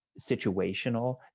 situational